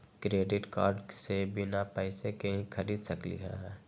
Credit card से बिना पैसे के ही खरीद सकली ह?